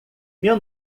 meu